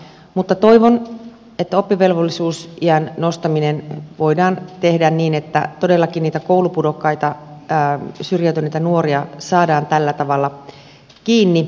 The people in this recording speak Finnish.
mutta toivon että oppivelvollisuusiän nostaminen voidaan tehdä niin että todellakin niitä koulupudokkaita syrjäytyneitä nuoria saadaan tällä tavalla kiinni